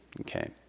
okay